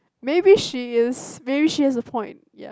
maybe she is maybe she has a point ya